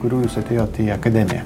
kurių jūs atėjot į akademiją